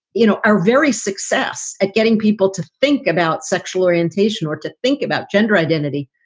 you know, our very success at getting people to think about sexual orientation or to think about gender identity